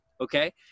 Okay